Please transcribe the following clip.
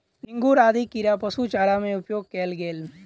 झींगुर आदि कीड़ा पशु चारा में उपयोग कएल गेल